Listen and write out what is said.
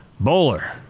Bowler